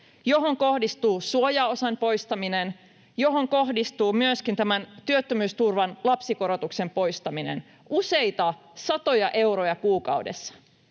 johon kohdistuu suojaosan poistaminen, johon kohdistuu myöskin tämän työttömyysturvan lapsikorotuksen poistaminen — useita satoja euroja kuukaudessa